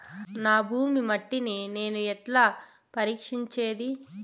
నా భూమి మట్టిని నేను ఎట్లా పరీక్షించేది?